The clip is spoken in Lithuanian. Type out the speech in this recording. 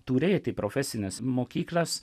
turėti profesines mokyklas